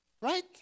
right